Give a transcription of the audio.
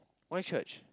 why church